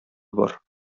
бар